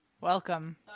Welcome